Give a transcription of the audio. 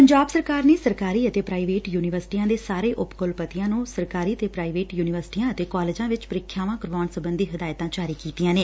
ਪੰਜਾਬ ਸਰਕਾਰ ਨੇ ਸਰਕਾਰੀ ਅਤੇ ਪ੍ਰਾਈਵੇਟ ਯੂਨੀਵਰਸਿਟੀਆਂ ਦੇ ਸਾਰੇ ਉਪ ਕੁਲਪਤੀਆਂ ਨੂੰ ਸਰਕਾਰੀ ਤੇ ਪ੍ਰਾਈਵੇਟ ਯੂਨੀਵਰਸਿਟੀਆ ਅਤੇ ਕਾਲਜਾ ਵਿਚ ਪ੍ਰੀਖਿਆਵਾ ਕਰਾਊਣ ਸਬੰਧੀ ਹਦਾਇਤਾ ਜਾਰੀ ਕੀਤੀਆ ਨੇ